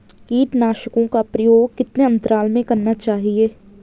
कीटनाशकों का प्रयोग कितने अंतराल में करना चाहिए?